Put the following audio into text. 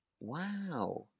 Wow